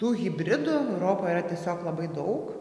tų hibridų europoj yra tiesiog labai daug